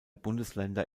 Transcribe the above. bundesländer